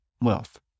wealth